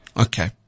Okay